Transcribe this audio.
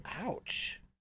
Ouch